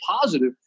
positive